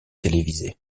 télévisées